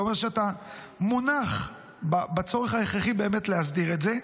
זה אומר שאתה מונח בצורך ההכרחי באמת להסדיר את זה,